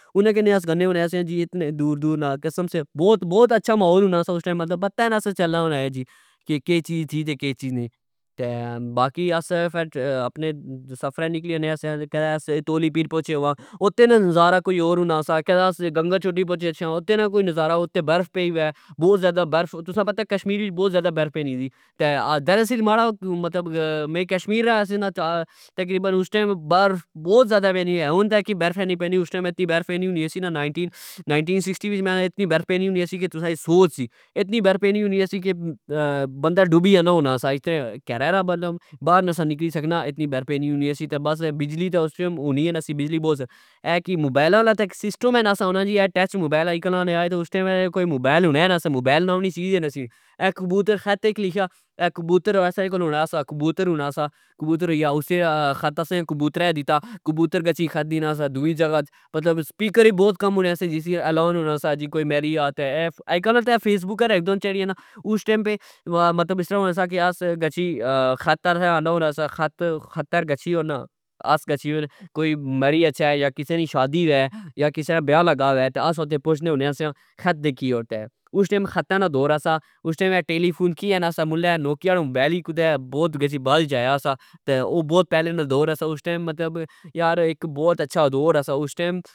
انا کی آس کھنے ہونے سیا جی .اتنے دور دور نال قسم سے بوت بوت اچھا ماحول ہونا سا .جی اس ٹئم مطلب پتانئے سا چلنا ہونا جی کہ کے چیز سی کہ نئی تہ باقی آس فر آپنے سفرہ نکلی جانے سیاکدہ اساتولی پیر پوچے ہووااتھے نا نظارا کوئی ہور ہونا سا ,گنگا چوٹی جاں اتھے نا کوئی نظارا اتھے برف پئی وہ بؤ ذئدا برف تسا کی پتا کشمیر بؤ ذئدہ برف پینی سی .تہ دراسل ماڑا میں کشمیر نا سی نا اس ٹئم برف بوت پینی اہہ .ہن تہ خیر نی پینی اس ٹئم ایتنی برف پینی ہونی سی نا نائنٹین سکسٹی وچ میں آکھنا اتنی برف پینی ہونی سی کہ تسا نی سوچ سی اتنی برف پینی ہونی سی ,کہ بندا ڈبی جانا ہونا سا .اکہ را بار نا سا نکلی سکنا اتنی برف پینی ہونی سی تہ بجلی تہ اس ٹئم ہونی اہہ سی بجلی بو زہ اہہ کی موبئلاں آلا سسٹم اہہ نا سا ہونا اے ٹچ موبئل اج کال نے آئے اس ٹئم کوئی موبئل ہونا اہہ نا سا موبئل نام نی چیز ہونی ای نا سی اے کبوتر خط ایک لکھیا اہہ کبوتر ساڑے کول ہونا سا کبوتر ہونا سا کبوتر ہوئی گیا اسے حط اسا کبوترہ کی دتا کبوتر گچھی حط دینا سا دؤئی جگہ مطلب سپیکر وی بوت کم ہونے سے جس اچ علان ہونا سا جی کوئی مری گیا تہ ,اج کل تہ فیس بک تہ چڑی جانا اس ٹئم پے مطلب اس طرع ہونا سا کہ اسا گچھی حط آنا ہونا سا .حطہر گچھی شوڑنا آس گچھی کوئی مری گچھہ یا کسہ نی شادی وہہ یا کسہ نا بیا لگا وہہتہ آس اتھہ پوچنے ہونے سیا .حط دیکھی تہ اس ٹئم حطہ نا دور سا اس ٹئم اے ٹیلیفون کیا نا سا الہ نوکیا نا موبئل ای کرہ بؤ بعد اچ آیا سا تہ او بوت پہلے نا دور سا اس ٹئم مطلب یار بوت اچھا او دور سا